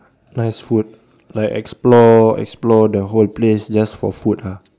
nice food like explore explore the whole place just for food ah